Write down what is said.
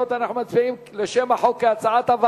לשם החוק אין הסתייגויות.